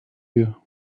you